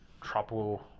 tropical